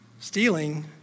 Stealing